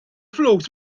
flus